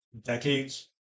decades